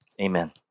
Amen